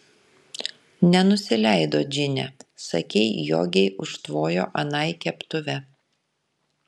nenusileido džine sakei jogei užtvojo anai keptuve